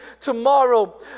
tomorrow